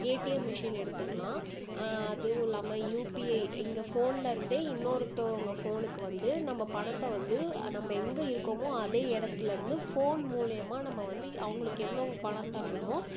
ATM machine எடுத்துக்கலாம் அதுவும் இல்லாமல் யூபிஐ இங்கே ஃபோன்னில் இருந்தே இன்னொருத்தவங்க ஃபோனுக்கு வந்து நம்ம பணத்தை வந்து நம்ம எங்கே இருக்கமோ அதே இடத்துலருந்து ஃபோன் மூலியமா நம்ம வந்து அவங்களுக்கு எவ்வளவு பணம் தரணுமோ